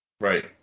Right